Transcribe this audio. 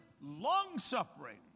long-suffering